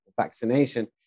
vaccination